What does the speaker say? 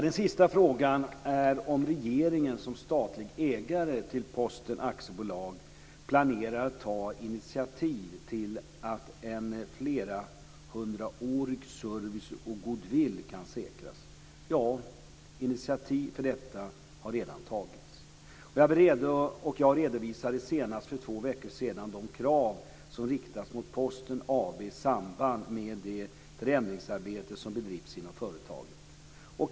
Den sista frågan är om regeringen som statlig ägare till Posten AB planerar att ta initiativ till att en flerhundraårig service och goodwill kan säkras. Ja, initiativ för detta har redan tagits. Jag redovisade senast för två veckor sedan de krav som riktats mot Posten AB i samband med det förändringsarbete som bedrivs inom företaget.